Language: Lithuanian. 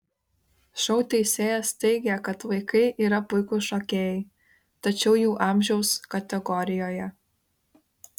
šou teisėjas teigė kad vaikai yra puikūs šokėjai tačiau jų amžiaus kategorijoje